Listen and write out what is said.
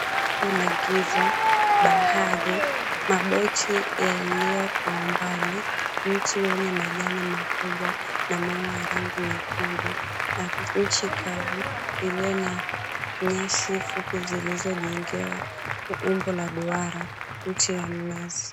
Wingu la giza, bahari, maboti yaliyo kwa umbali, mti wenye majani makubwa na maua ya rangi nyekundu. Nchi kavu iliyo na nyasi fupi zilizojengewa umbo la duara, mti wa mnazi.